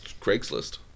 Craigslist